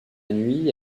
nuit